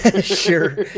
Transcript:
Sure